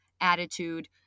attitude